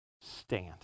stand